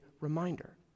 reminder